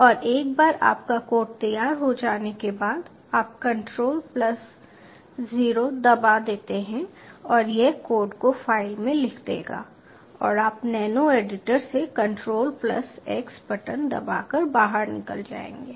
और एक बार आपका कोड तैयार हो जाने के बाद आप कंट्रोल प्लस O दबा देते हैं और यह कोड को फाइल में लिख देगा और आप नैनो एडिटर से कंट्रोल प्लस एक्स बटन दबाकर बाहर निकल जाएंगे